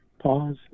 Pause